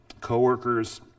co-workers